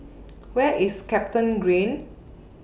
Where IS Capitagreen